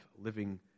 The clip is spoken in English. living